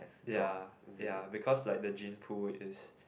ya ya because like the gene pool is